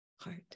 heart